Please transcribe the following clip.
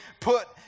put